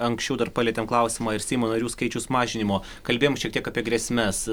anksčiau dar palietėm klausimą ir seimo narių skaičiaus mažinimo kalbėjom šiek tiek apie grėsmes